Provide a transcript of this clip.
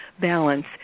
balance